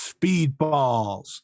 Speedballs